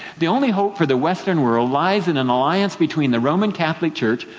the only hope for the western world lies in an alliance between the roman catholic church,